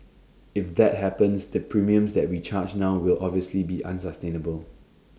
if that happens the premiums that we charge now will obviously be unsustainable